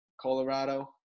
Colorado